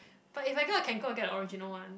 but if I go I can go to get the original one